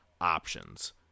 options